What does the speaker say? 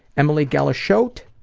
emily galishote,